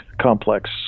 complex